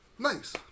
Nice